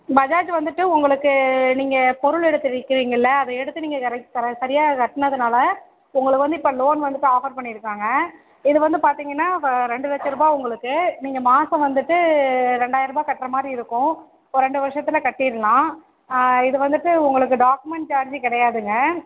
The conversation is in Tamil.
பஜாஜ் வந்துவிட்டு உங்களுக்கு நீங்கள் பொருள் எடுத்து விற்கிறீங்கள்ல அதை எடுத்து நீங்கள் கரெட் சரியாக கட்டினதுனால உங்களுக்கு வந்து இப்போ லோன் வந்துவிட்டு ஆஃபர் பண்ணி இருக்காங்க இது வந்து பார்த்தீங்கன்னா ஃபா ரெண்டு லட்சரூபா உங்களுக்கு நீங்கள் மாதம் வந்துவிட்டு ரெண்டாயரூபா கட்டுற மாதிரி இருக்கும் ஒரு ரெண்டு வருஷத்தில் கட்டிரலாம் இது வந்துவிட்டு உங்களுக்கு டாக்குமெண்ட் சார்ஜி கிடையாதுங்க